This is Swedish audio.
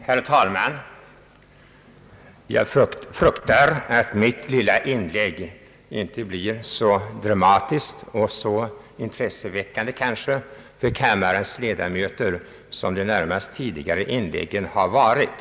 Herr talman! Jag fruktar att mitt lilla inlägg kanske inte blir så dramatiskt och intresseväckande för kammarens ledamöter som de närmast föregående inläggen har varit.